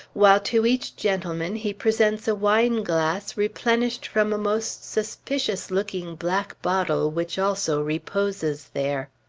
while to each gentleman he presents a wineglass replenished from a most suspicious-looking black bottle which also reposes there.